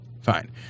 fine